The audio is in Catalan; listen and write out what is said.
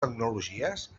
tecnologies